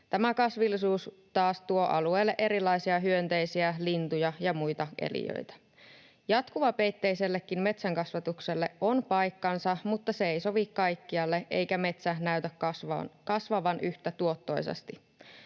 Tämä kasvillisuus taas tuo alueelle erilaisia hyönteisiä, lintuja ja muita eliöitä. Jatkuvapeitteisellekin metsänkasvatukselle on paikkansa, mutta se ei sovi kaikkialle, eikä metsä näytä kasvavan yhtä tuottoisasti.